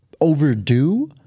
overdue